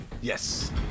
Yes